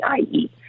IE